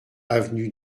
avenue